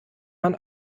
man